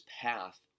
path